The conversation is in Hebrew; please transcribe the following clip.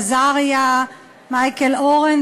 עזריה ומייקל אורן,